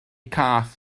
cath